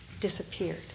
disappeared